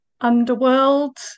underworld